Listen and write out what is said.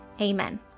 Amen